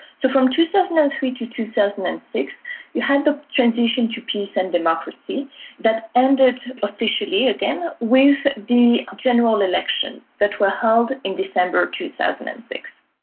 so from two thousand and three to two thousand and six you had the transition to peace and democracy that ended officially again with the general elections that were held in december two thousand and six.